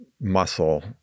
muscle